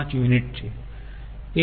5 unit છે